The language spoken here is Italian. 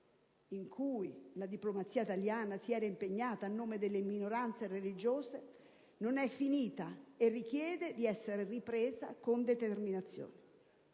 quale la diplomazia italiana si era impegnata a nome delle minoranze religiose non è finita e richiede di essere ripresa con determinazione.